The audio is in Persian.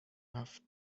رفت